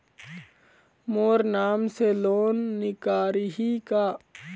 मोर नाम से लोन निकारिही का?